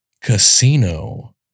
Casino